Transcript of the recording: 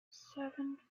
seven